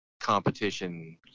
competition